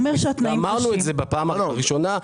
אומר שהתנאים קשים אמרנו את זה בפעם הראשונה.